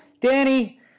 Danny